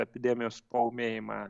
epidemijos paūmėjimą